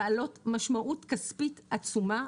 בעלות משמעות כספית עצומה.